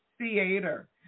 Theater